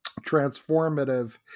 transformative